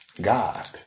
God